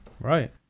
Right